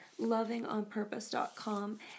lovingonpurpose.com